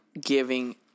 giving